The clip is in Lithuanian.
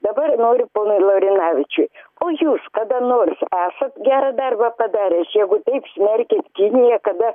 dabar noriu ponui laurinavičiui o jūs kada nors esat gerą darbą padaręs jeigu taip smerkiat niekada